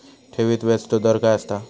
ठेवीत व्याजचो दर काय असता?